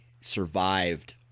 survived